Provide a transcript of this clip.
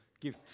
give